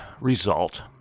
result